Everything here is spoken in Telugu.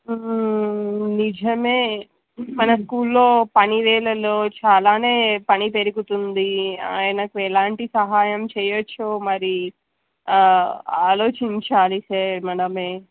నిజమే మన స్కూల్లో పనివేళ్ళలో చాలానే పని పెరుగుతుంది ఆయనకు ఎలాంటి సహాయం చేయొచ్చో మరి ఆలోచించాలి సార్ మనమే